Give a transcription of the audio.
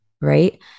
right